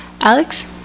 Alex